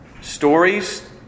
stories